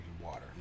water